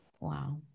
Wow